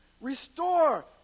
restore